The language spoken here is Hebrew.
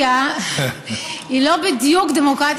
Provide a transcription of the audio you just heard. שהיא לא בדיוק דמוקרטיה,